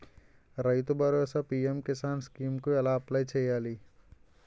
రైతు Bharosa PM Kisan scheme కు ఎలా అప్లయ్ చేయాలి?